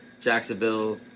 Jacksonville